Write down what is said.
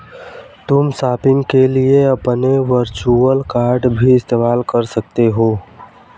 तुम शॉपिंग के लिए अपने वर्चुअल कॉर्ड भी इस्तेमाल कर सकते हो